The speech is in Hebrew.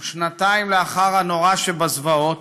ושנתיים לאחר הנוראה בזוועות,